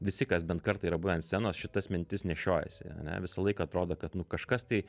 visi kas bent kartą yra buvę ant scenos šitas mintis nešiojasi ar ne visą laiką atrodo kad nu kažkas tai